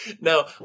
Now